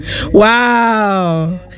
Wow